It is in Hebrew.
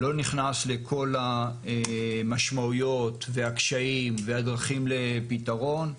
לא נכנס לכל המשמעויות והקשיים והדרכים לפתרון.